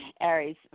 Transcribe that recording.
Aries